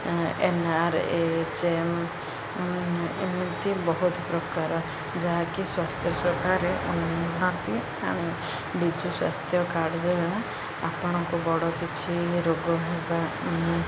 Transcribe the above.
N R H M ଏମିତି ବହୁତ ପ୍ରକାର ଯାହାକି ସ୍ୱାସ୍ଥ୍ୟ ସେବାରେ ଉନ୍ନତି ଆଣିଛି ବିଜୁ ସ୍ୱାସ୍ଥ୍ୟ କାର୍ଡ଼ ଦ୍ୱାରା ଆପଣଙ୍କୁ ବଡ଼ କିଛି ରୋଗ ହେବା